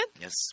Yes